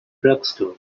drugstore